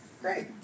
Great